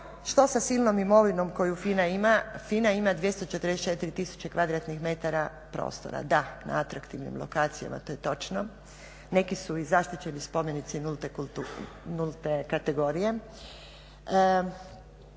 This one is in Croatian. Što sa silnom imovinom koju FINA ima, FINA ima 244 tisuće kvadratnih mjesta prostora. Da, na atraktivnim lokacijama, to je točno, neki su i zaštićeni spomenici nulte kategorije.